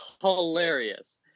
hilarious